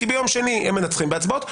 כי ביום שני הם מנצחים בהצבעות,